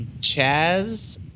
Chaz